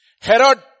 Herod